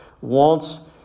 wants